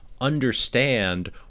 understand